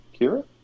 Kira